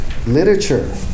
Literature